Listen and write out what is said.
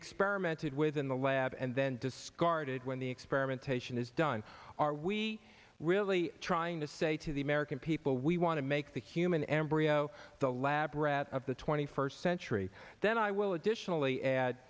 experimented with in the lab and then discarded when the imitation is done are we really trying to say to the american people we want to make the human embryo the lab rat of the twenty first century then i will additionally add